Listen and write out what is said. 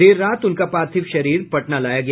देर रात उनका पार्थिव शरीर पटना लाया गया